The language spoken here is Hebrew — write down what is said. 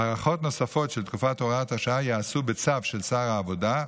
הארכות נוספות של תקופת הוראת השעה ייעשו בצו של שר העבודה,